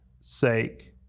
sake